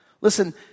Listen